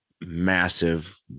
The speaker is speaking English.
massive